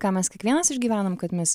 ką mes kiekvienas išgyvenam kad mes